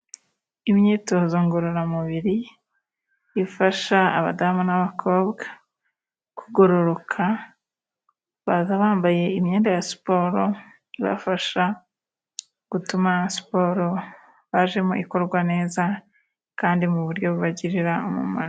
Imyitozo ngororamubiri ifasha abadamu n'abakobwa kugororoka. Baza bambaye imyenda ya siporo, ibafasha gutuma siporo bajemo ikorwa neza, kandi mu buryo bubagirira umumaro.